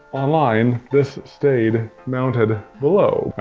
online this stayed mounted below.